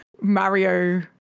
Mario